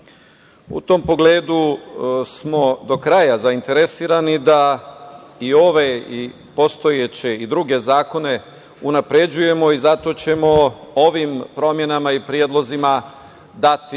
U tom pogledu smo do kraja zainteresovani da i ove i postojeće i druge zakone unapređujemo i zato ćemo ovim promenama i predlozima dati